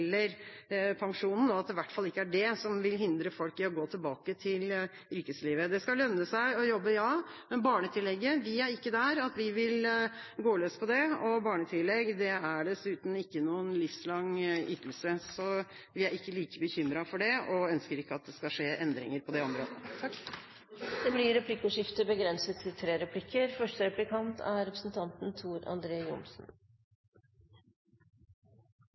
hvert fall ikke det som vil hindre folk i å gå tilbake til yrkeslivet. Det skal lønne seg å jobbe, men vi er ikke der at vi vil gå løs på barnetillegget. Barnetillegg er dessuten ikke noen livslang ytelse, så vi er ikke like bekymret for det og ønsker ikke at det skal skje endringer på det området. Det blir replikkordskifte.